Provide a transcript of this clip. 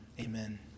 Amen